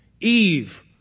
Eve